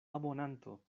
abonanto